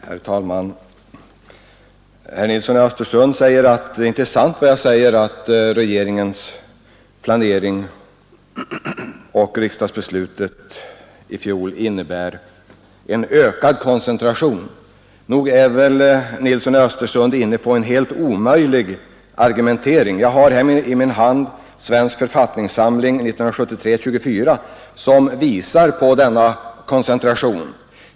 Herr talman! Herr Nilsson i Östersund säger att mitt påstående att regeringens planering och riksdagsbeslutet i fjol innebär en ökad koncentration inte är sant. Nog är väl herr Nilsson inne på en helt omöjlig argumentering? Jag har här i min hand Svensk författningssamling 1973:24 som visar den koncentration jag påtalat.